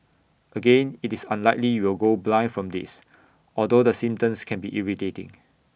again IT is unlikely you will go blind from this although the symptoms can be irritating